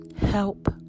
Help